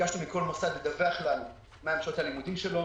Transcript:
ביקשנו מכל מוסד לדווח לנו מה הן שעות הלימודים שלו,